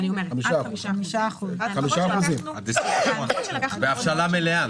5%. בהבשלה מלאה.